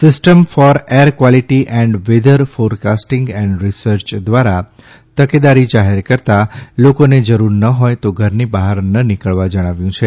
system of air quality and weather forecasting and research દ્વારા તકેદારી જાહેર કરતાં લોકોને જરૂર ન હોય તો ઘરની બહાર ન નિકળવા જણાવ્યું છે